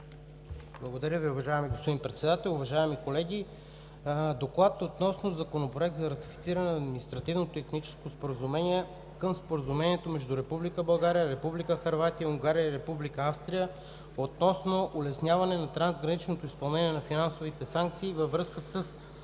Благодаря Ви. Уважаеми господин Председател, уважаеми колеги: „ДОКЛАД относно Законопроект за ратифициране на Административното и техническо споразумение към Споразумението между Република България, Република Хърватия, Унгария и Република Австрия относно улесняване на трансграничното изпълнение на финансови санкции във връзка с